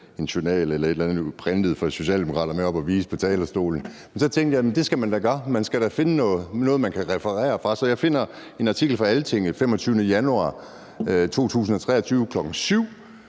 en journal eller et eller andet printet fra Socialdemokraten med op at vise på talerstolen, og så tænkte jeg, at det skal man da gøre. Man skal da finde noget, man kan referere fra. Så jeg finder en artikel fra Altinget den 25. januar 2023 kl.